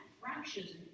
fractures